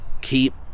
keep